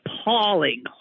appalling